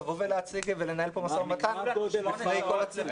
לבוא ולנהל פה משא-ומתן לפני כל הציבור.